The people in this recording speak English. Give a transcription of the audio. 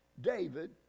David